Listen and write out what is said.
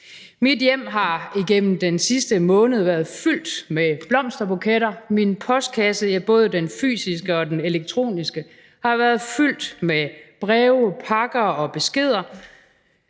Mit hjem har igennem den sidste måned været fyldt med blomsterbuketter. Min postkasse, ja, både den fysiske og den elektroniske, har været fyldt med breve, pakker og beskeder,